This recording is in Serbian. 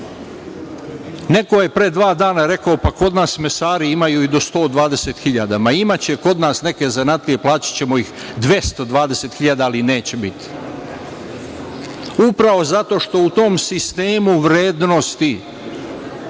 je pre dva dana rekao - kod nas mesari imaju i do 120 hiljada. Ma, imaće kod nas neke zanatlije, plaćaćemo ih 220 hiljada, ali ih neće biti, upravo zato što u tom sistemu vrednosti